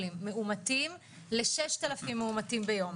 מאומתים ל-6,000 מאומתים ביום.